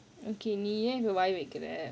okay நீ ஏன் இப்டி வாய் வைக்குற:nee yaen ipdi vai vaikkura